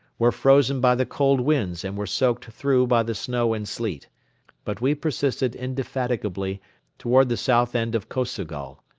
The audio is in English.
were frozen by the cold winds and were soaked through by the snow and sleet but we persisted indefatigably toward the south end of kosogol.